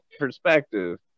perspective